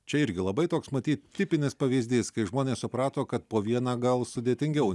čia irgi labai toks matyt tipinis pavyzdys kai žmonės suprato kad po vieną gal sudėtingiau